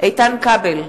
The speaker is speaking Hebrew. איתן כבל,